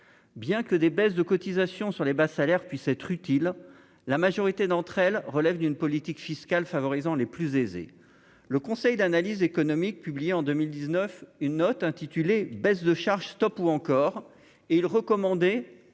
bien que des baisses de cotisations sur les bas salaires puissent être utile, la majorité d'entre elles relèvent d'une politique fiscale favorisant les plus aisés, le Conseil d'Analyse économique publiée en 2019 une note intitulée baisses de charges Stop ou encore est-il recommandé